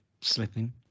slipping